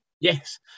yes